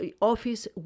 office